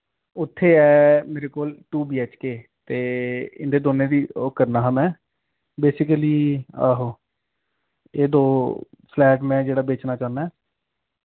उत्थे ऐ मेरे कोल टू बी एच के ते इंदे दोनें दी ओह् करना हा में बेसीकली आहो एह् दो फ्लैट में जेह्ड़ा बेचना चाह्ना ऐ